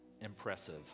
impressive